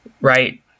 right